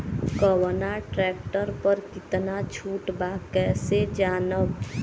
कवना ट्रेक्टर पर कितना छूट बा कैसे जानब?